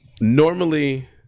Normally